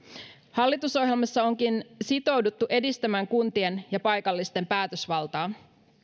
hallitusohjelmassa onkin sitouduttu edistämään kuntien ja paikallisten päätösvaltaa